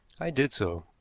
i did so.